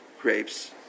grapes